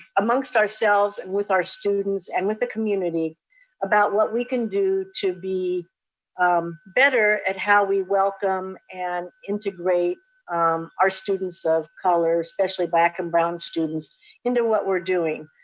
amongst ourselves and with our students and with the community about what we can do to be um better at how we welcome and integrate our students of color, especially black and brown students into what we're doing.